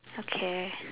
okay